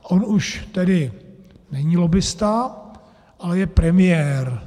On už tedy není lobbista, ale je premiér.